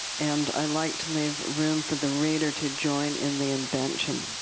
and i like to leave room for the reader to join in the invention.